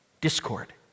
discord